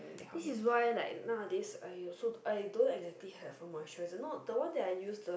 this is why like nowadays I also I don't exactly heard for moisture the one the one that I use the